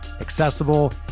accessible